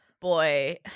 boy